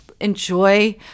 enjoy